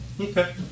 okay